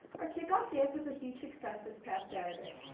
our kickoff dance was a huge success this past saturday.